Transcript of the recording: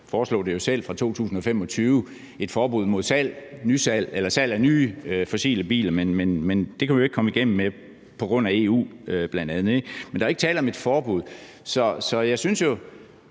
Vi foreslog jo selv et forbud mod salg af nye fossile biler fra 2025, men det kunne vi ikke komme igennem med bl.a. på grund af EU. Men der er ikke tale om et forbud.